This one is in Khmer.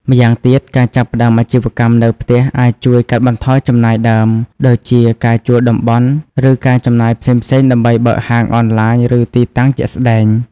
ម្យ៉ាងទៀត ការចាប់ផ្តើមអាជីវកម្មនៅផ្ទះអាចជួយកាត់បន្ថយចំណាយដើម ដូចជាការជួលតំបន់ ឬការចំណាយផ្សេងៗដើម្បីបើកហាងអនឡាញឬទីតាំងជាក់ស្តែង។